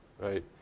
right